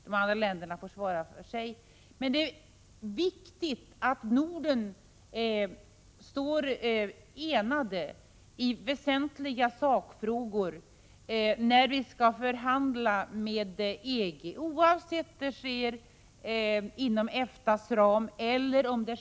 De andra länderna får svara för sig. Det är emellertid viktigt att Norden står enad i väsentliga sakfrågor, när vi skall förhandla med EG, oavsett om det sker inom EFTA:s ram eller bilateralt.